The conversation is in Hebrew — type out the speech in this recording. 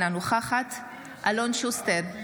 אינה נוכחת אלון שוסטר,